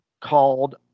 called